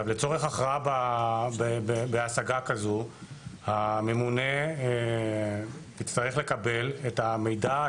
לצורך הכרעה בהשגה כזו הממונה יצטרך לקבל את המידע,